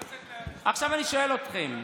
עכשיו, אני שואל אתכם.